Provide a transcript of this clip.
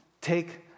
take